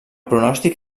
pronòstic